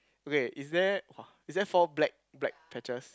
okay is there !wah! is there four black black patches